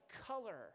color